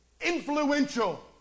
influential